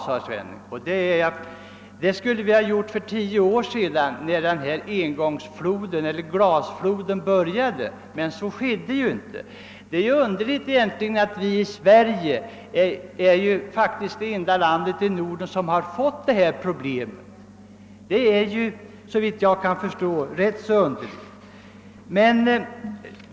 Men det skulle vi ju ha gjort för tio år sedan, när denna glasflod började. Men så skedde inte. Sverige är faktiskt det enda land i Norden där detta problem uppstått. Det tycker jag är ganska underligt.